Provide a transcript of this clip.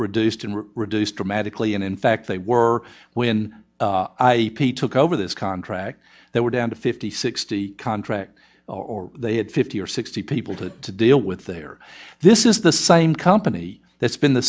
reduced and reduced dramatically and in fact they were when i took over this contract they were down to fifty sixty contracts or they had fifty or sixty people to to deal with their this is the same company that's been the